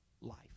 life